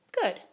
good